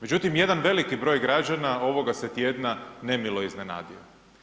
Međutim jedan veliki broj građana ovoga se tjedna nemilo iznenadio.